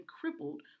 crippled